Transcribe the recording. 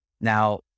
Now